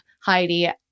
Heidi